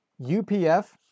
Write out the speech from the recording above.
UPF